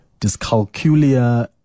dyscalculia